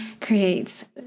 creates